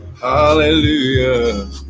Hallelujah